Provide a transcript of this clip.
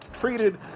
treated